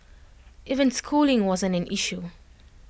even schooling wasn't an issue